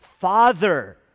Father